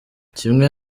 kimwe